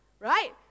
Right